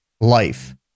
life